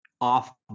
off